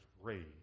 raised